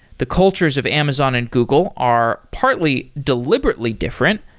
the cultures of amazon and google are partly deliberately different,